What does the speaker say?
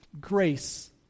grace